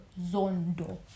Zondo